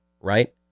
right